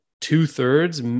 two-thirds